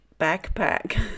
backpack